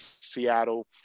Seattle